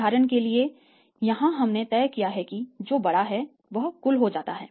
उदाहरण के लिए यहां हमने तय किया है कि जो बड़ा है वह कुल हो जाता है